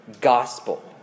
gospel